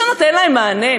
מישהו נותן להן מענה?